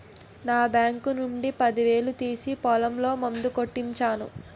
నా బాంకు నుండి పదివేలు తీసి పొలంలో మందు కొట్టించాను